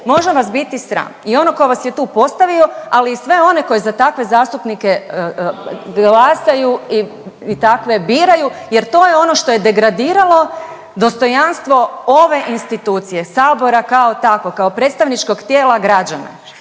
Može vas biti sram i onog ko vas je tu postavio, ali i sve one koji za takve zastupnike glasaju i takve biraju jer to je ono što je degradiralo dostojanstvo ove institucije, Sabora kao takvog kao predstavničkog tijela građana.